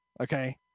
okay